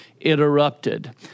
interrupted